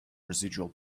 residual